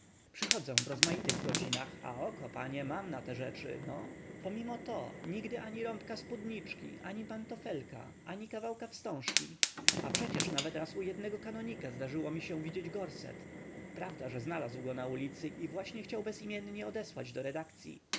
w rozmaitych godzinach a oko panie mam na te rzeczy no pomimo to nigdy ani rąbka spódniczki ani pantofelka ani kawałka wstążki a przecież nawet raz u jednego kanonika zdarzyło mi się widzieć gorset prawda że znalazł go na ulicy i właśnie chciał bezimiennie odesłać do redakcyi